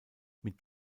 mit